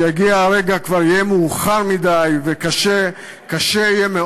כשיגיע הרגע כבר יהיה מאוחר מדי וקשה קשה מאוד